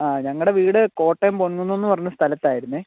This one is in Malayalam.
ആ ഞങ്ങളുടെ വീട് കോട്ടയം പൊൻകുന്നമെന്ന് പറഞ്ഞ സ്ഥലത്തായിരുന്നെ